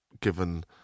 given